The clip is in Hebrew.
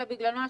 בוקר טוב לכולם,